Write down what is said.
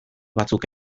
batzuk